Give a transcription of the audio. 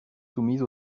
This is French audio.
soumise